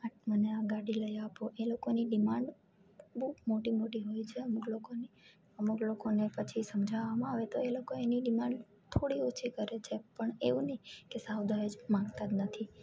આ મને આ ગાડી લઈ આપો એ લોકોની ડિમાન્ડ બઉ મોટી મોટી હોય છે અમુક લોકોની અમુક લોકોને પછી સમજાવવામાં આવે તો એ લોકો એની ડિમાન્ડ થોડી ઓછી કરે છે પણ એવું નહીં કે સાવ દહેજ માંગતા જ નથી